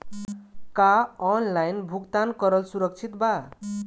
का ऑनलाइन भुगतान करल सुरक्षित बा?